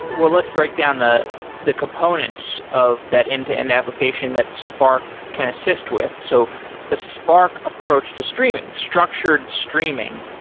well, let's break down the the components of that end-to-end application that spark can assist with. so the spark approach to streaming, structured streaming,